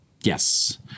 yes